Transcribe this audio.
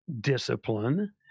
discipline